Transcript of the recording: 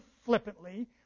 flippantly